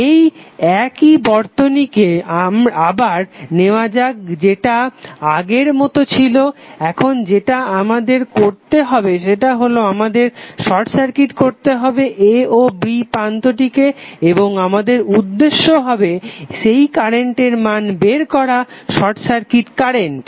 এই একই বর্তনীকে আবার নেওয়া যাক যেটা আগের মতো ছিলো এখন যেটা আমাদের করতে হবে সেটা হলো আমাদের শর্ট সার্কিট করতে হবে a ও b প্রান্তটিকে এবং আমাদের উদ্দেশ্য হবে সেই কারেন্টের মানকে বের করা শর্ট সার্কিট কারেন্ট